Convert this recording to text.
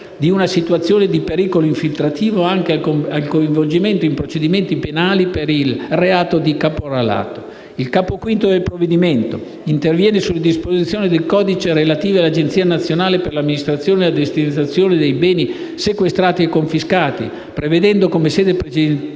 di una situazione di pericolo infiltrativo anche al coinvolgimento in procedimenti penali per il reato di caporalato. Il capo V del provvedimento interviene sulle disposizioni del codice antimafia relative all'Agenzia nazionale per l'amministrazione e la destinazione dei beni sequestrati e confiscati, prevedendo come sede principale